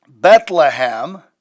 Bethlehem